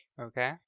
okay